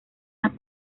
las